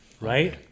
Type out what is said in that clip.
Right